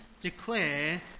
declare